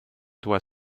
doit